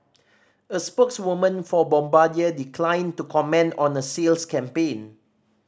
a spokeswoman for Bombardier declined to comment on a sales campaign